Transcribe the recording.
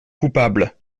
coupable